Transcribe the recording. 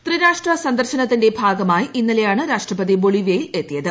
ത്രിരാഷ്ട്ര സന്ദർശനത്തിന്റെ ഭാഗമായി ഇന്നലെയാണ് രാഷ്ട്രപതി ബൊളിവിയയിൽ എത്തിയത്